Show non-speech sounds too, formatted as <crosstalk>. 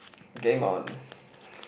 getting my own <breath>